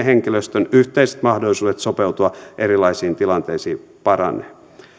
henkilöstön yhteiset mahdollisuudet sopeutua erilaisiin tilanteisiin paranevat